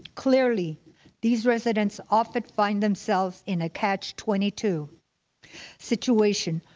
clearly these residents often find themselves in a catch twenty two situation,